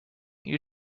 you